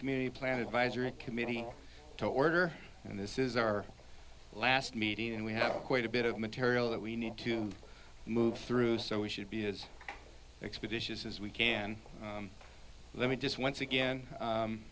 community plan advisory committee to order and this is our last meeting and we have quite a bit of material that we need to move through so we should be as expeditious as we can let me just once again